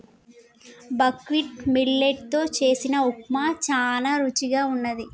buckwheat millet తో చేసిన ఉప్మా చానా రుచిగా వున్నది